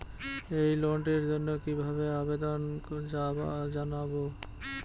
এই লোনটির জন্য কিভাবে আবেদন জানাবো?